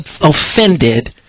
offended